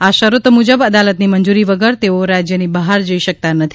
આ શરતો મુજબ અદાલતની મંજૂરી વગર તેઓ રાજ્યની બહાર જઈ શકતા નથી